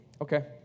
Okay